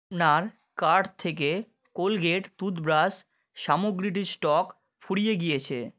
আপনার কার্ট থেকে Colgate toothbrush সামগ্রীটির স্টক ফুরিয়ে গিয়েছে